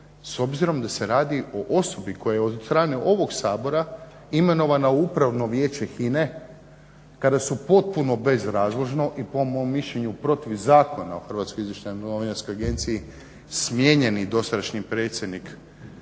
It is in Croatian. s obzirom da se radi o osobi koja je od strane ovog Sabora imenovana u Upravno vijeće HINA-e kada su potpuno bezrazložno i po mom mišljenju protiv zakona o HINA-i smijenjeni dosadašnji predsjednik inače